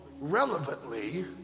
relevantly